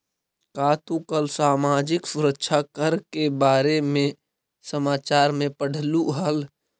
का तू कल सामाजिक सुरक्षा कर के बारे में समाचार में पढ़लू हल